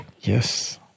yes